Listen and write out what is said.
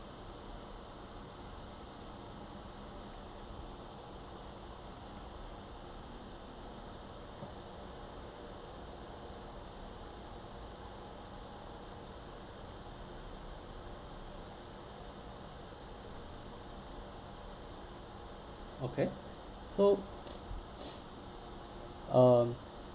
okay so um